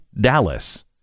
Dallas